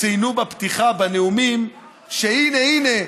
ציינו בפתיחה, בנאומים, שהינה הינה,